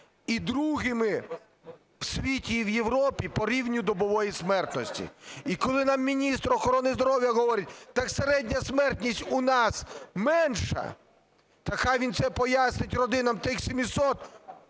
і другими в світі і в Європі по рівню добової смертності? І коли нам міністр охорони здоров'я говорить: так середня смертність у нас менша, та хай він це пояснить родинам тих 700,